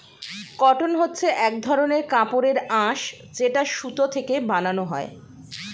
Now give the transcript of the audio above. cotton হচ্ছে এক ধরনের কাপড়ের আঁশ যেটা সুতো থেকে বানানো হয়